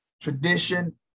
Tradition